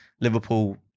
Liverpool